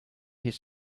his